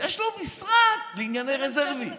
יש לו משרד לענייני רזרבי.